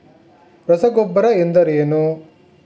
ರಸಗೊಬ್ಬರ ಎಂದರೇನು?